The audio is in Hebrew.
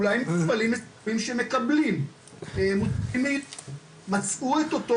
אולי המטופלים שמקבלים מצאו את אותו